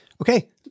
Okay